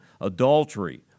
Adultery